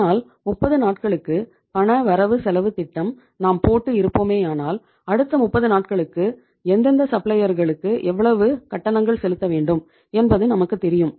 அதனால் 30 நாட்களுக்கு பண வரவு செலவு திட்டம் நாம் போட்டு இருப்போமேயானால் அடுத்த 30 நாட்களுக்கு எந்தெந்த சப்ளையர்களுக்கு எவ்வளவு கட்டணங்கள் செலுத்த வேண்டும் என்பது நமக்குத் தெரியும்